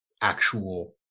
actual